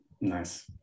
nice